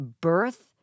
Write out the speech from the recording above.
birth